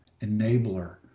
enabler